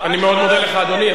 אני מאוד מודה לך, אדוני.